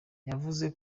yavuze